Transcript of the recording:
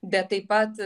bet taip pat